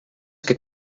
ket